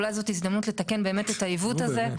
ואולי זו הזדמנות לתקן באמת את העיוות הזה.